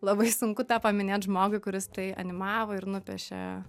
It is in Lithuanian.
labai sunku tą paminėt žmogui kuris tai animavo ir nupiešė